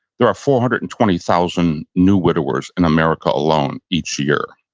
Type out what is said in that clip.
there are four hundred and twenty thousand new widowers in america alone each year.